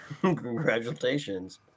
Congratulations